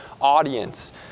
audience